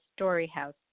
StoryHouse